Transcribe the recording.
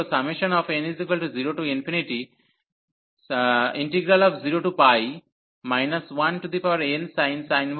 এখন এই যোগফলটি হল n00 1nsin y nπydy